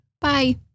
Bye